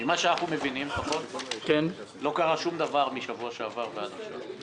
ממה שאנחנו מבינים לא קרה שום דבר משבוע שעבר ועד עכשיו.